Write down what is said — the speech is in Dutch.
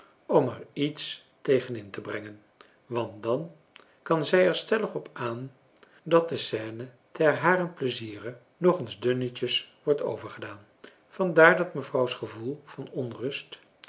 er iets tegen in te brengen want dan kan zij er stellig op aan dat de scène ten haren pleiziere nog eens dunnetjes wordt overgedaan vandaar dat mevrouws gevoel van onrust